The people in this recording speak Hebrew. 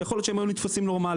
יכול להיות שהם היו נתפסים נורמליים.